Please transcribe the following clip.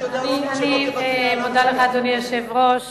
אני מודה לך, אדוני היושב-ראש.